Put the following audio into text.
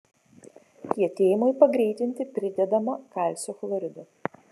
kietėjimui pagreitinti pridedama kalcio chlorido